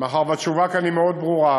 מאחר שהתשובה כאן היא ברורה מאוד.